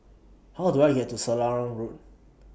How Do I get to Selarang Road